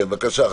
כן, בבקשה.